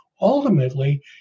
ultimately